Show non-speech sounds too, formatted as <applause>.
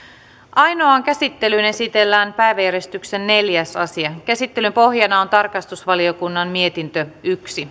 ainoaan käsittelyyn esitellään päiväjärjestyksen neljäs asia käsittelyn pohjana on tarkastusvaliokunnan mietintö yksi <unintelligible>